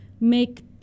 make